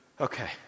okay